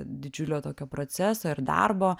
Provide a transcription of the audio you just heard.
didžiulio tokio proceso ir darbo